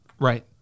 Right